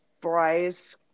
Bryce